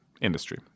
industry